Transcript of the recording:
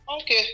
Okay